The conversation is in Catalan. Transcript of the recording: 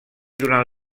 durant